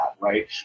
right